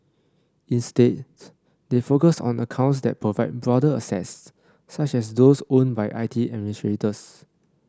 instead they focus on accounts that provide broader access such as those owned by I T administrators